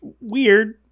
weird